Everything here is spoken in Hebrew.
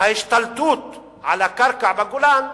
ההשתלטות על הקרקע בגולן,